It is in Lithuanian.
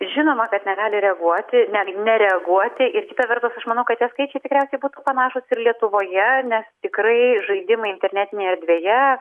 žinoma kad negali reaguoti netgi nereaguoti ir kita vertus aš manau kad tie skaičiai tikriausiai būtų panašūs ir lietuvoje nes tikrai žaidimai internetinėj erdvėje